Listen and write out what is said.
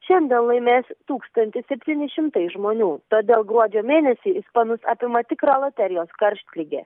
šiandien laimės tūkstantis septyni šimtai žmonių todėl gruodžio mėnesį ispanus apima tikra loterijos karštligė